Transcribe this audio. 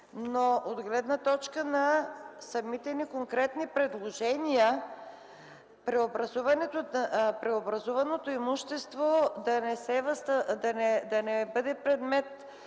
но от гледна точка на самите ни конкретни предложения преобразуваното имущество да не бъде предмет